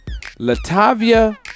Latavia